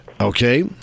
Okay